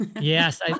Yes